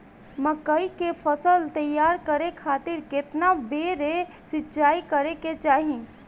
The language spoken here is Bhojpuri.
मकई के फसल तैयार करे खातीर केतना बेर सिचाई करे के चाही?